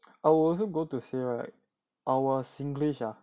I will also go to say right our singlish ah